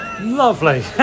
Lovely